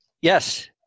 Yes